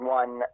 one